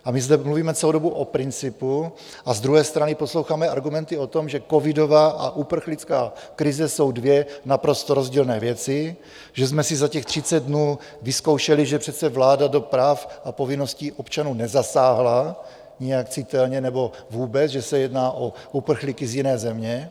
A my zde mluvíme celou dobu o principu, a z druhé strany posloucháme argumenty o tom, že covidová a uprchlická krize jsou dvě naprosto rozdílné věci, že jsme si za těch 30 dnů vyzkoušeli, že přece vláda do práv a povinností občanů nezasáhla nijak citelně nebo vůbec, že se jedná o uprchlíky z jiné země.